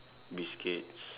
biscuits